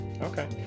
Okay